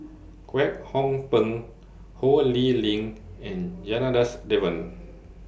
Kwek Hong Png Ho Lee Ling and Janadas Devan